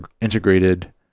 integrated